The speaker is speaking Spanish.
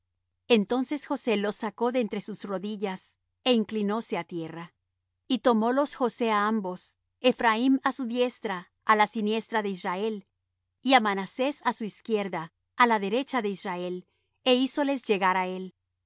entonces josé los sacó de entre sus rodillas é inclinóse á tierra y tomólos josé á ambos ephraim á su diestra á la siniestra de israel y á manasés á su izquierda á la derecha de israel é hízoles llegar á él